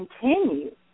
continue